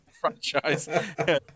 franchise